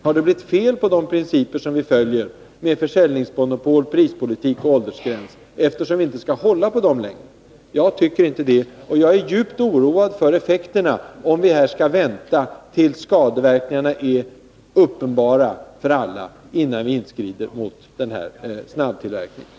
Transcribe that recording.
Har det blivit något fel på de principer som vi då beslöt följa om försäljningsmonopol, prispolitik och åldersgränser, eftersom vi inte längre skall hålla på dem? Jag tycker inte det. Jag är djupt oroad för effekterna om vi skall vänta tills skadeverkningarna är uppenbara innan vi inskrider mot snabbtillverkningen.